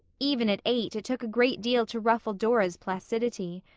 even at eight it took a great deal to ruffle dora's placidity.